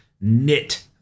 knit